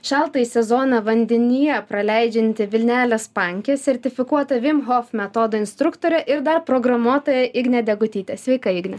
šaltąjį sezoną vandenyje praleidžianti vilnelės pankė sertifikuota vim hof metodo instruktorė ir dar programuotoja ignė degutytė sveika igne